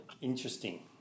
interesting